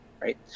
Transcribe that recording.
Right